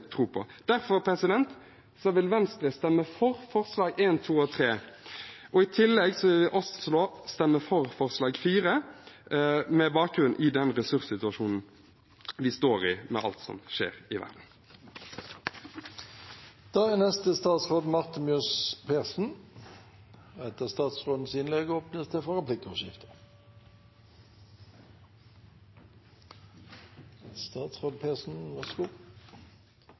tro på. Derfor vil Venstre stemme for forslagene nr. 1, 2 og 3. I tillegg vil vi stemme for forslag nr. 4, med bakgrunn i den ressurssituasjonen vi står i, med alt som skjer i verden. Tilbakekall av statsborgerskap er et inngripende vedtak som kan ha store konsekvenser for den det